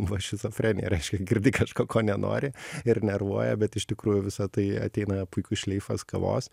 va šizofrenija reiškia girdi kažko ko nenori ir nervuoja bet iš tikrųjų visa tai ateina puikus šleifas kavos